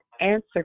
answer